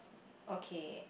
okay